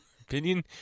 opinion